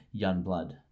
Youngblood